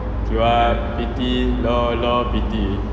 keluar P_T door door P_T